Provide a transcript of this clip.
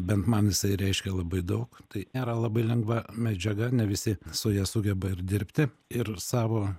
bent man jisai reiškia labai daug tai nėra labai lengva medžiaga ne visi su ja sugeba ir dirbti ir savo